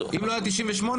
אם לא היה 98,